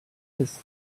his